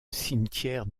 cimetière